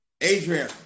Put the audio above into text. Adrian